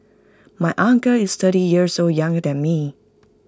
my uncle is thirty years old young than me